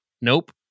nope